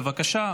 בבקשה,